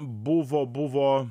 buvo buvo